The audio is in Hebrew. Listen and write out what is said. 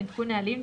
עדכון נהלים,